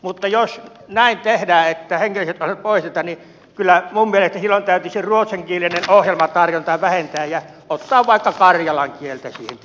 mutta jos näin tehdään että hengelliset ohjelmat poistetaan niin kyllä minun mielestäni silloin täytyisi ruotsinkielistä ohjelmatarjontaa vähentää ja ottaa vaikka karjalan kieltä siihen tilalle